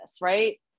right